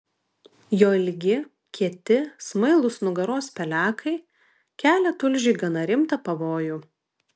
jo ilgi kieti smailūs nugaros pelekai kelia tulžiui gana rimtą pavojų